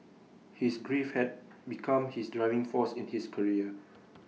his grief had become his driving force in his career